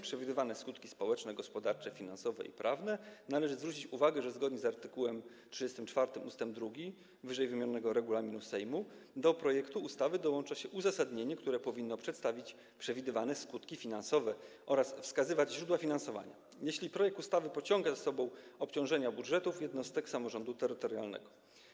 Przewidywane skutki społeczne, gospodarcze, finansowe i prawne, należy zwrócić uwagę, że zgodnie z art. 34 ust. 2 ww. regulaminu Sejmu do projektu ustawy dołącza się uzasadnienie, które powinno przedstawiać przewidywane skutki finansowe oraz wskazywać źródła finansowania, jeśli projekt ustawy pociąga za sobą obciążenia budżetów jednostek samorządu terytorialnego.